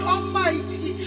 Almighty